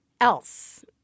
else